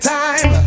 time